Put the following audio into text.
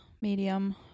medium